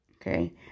Okay